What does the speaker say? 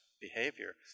behavior